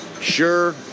Sure